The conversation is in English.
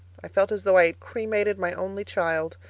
i felt as though i had cremated my only child!